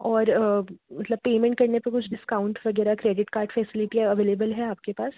और मतलब पेमेंट करने पर कुछ डिस्काउंट वग़ैरह क्रेडिट कार्ड फ़सिलिटी अवैलेबल है आपके पास